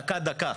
דקה דקה.